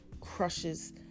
crushes